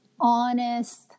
honest